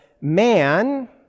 man